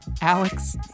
Alex